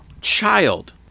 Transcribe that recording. child